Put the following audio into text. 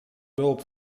behulp